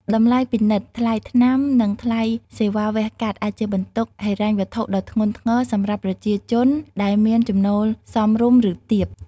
តម្លៃពិនិត្យ ថ្លៃថ្នាំ និងថ្លៃសេវាវះកាត់ អាចជាបន្ទុកហិរញ្ញវត្ថុដ៏ធ្ងន់ធ្ងរសម្រាប់ប្រជាជនដែលមានចំណូលមធ្យម ឬទាប។